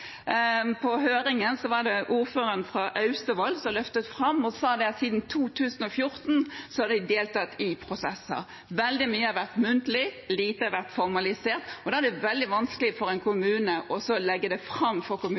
På høringen var det ordføreren fra Austevoll som løftet fram dette. Han sa at siden 2014 har de deltatt i prosesser, der veldig mye har vært muntlig, og lite har vært formalisert. Da er det veldig vanskelig for en kommune å legge det fram for